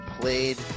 played